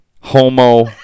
Homo